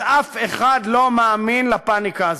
אז אף אחד לא מאמין לפניקה הזו.